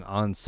on